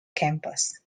campus